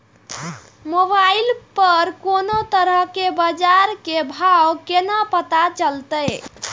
Mobile पर कोनो तरह के बाजार के भाव केना पता चलते?